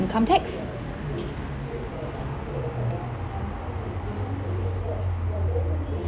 income tax